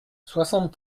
soixante